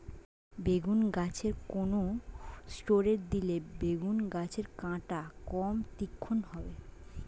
বেগুন গাছে কোন ষ্টেরয়েড দিলে বেগু গাছের কাঁটা কম তীক্ষ্ন হবে?